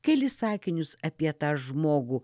kelis sakinius apie tą žmogų